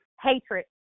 hatred